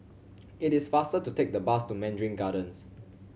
it is faster to take the bus to Mandarin Gardens